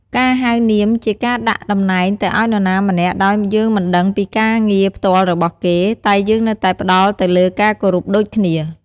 ការហៅនាមនេះជាការដាក់ដំណែងទៅឲ្យនរណាម្នាក់ដោយយើងមិនដឹងពីការងារផ្ទាល់របស់គេ តែយើងនៅតែផ្ដល់ទៅលើការគោរពដូចគ្នា។